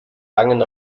langen